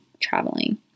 traveling